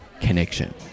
connection